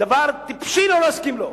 דבר טיפשי לא להסכים לו.